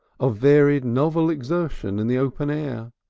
of varied novel exertion in the open air,